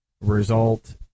result